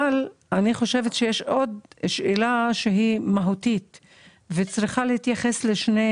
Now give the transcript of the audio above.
אבל יש עוד שאלה מהותית שצריכה להתייחס לשני